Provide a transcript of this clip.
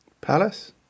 Palace